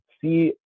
see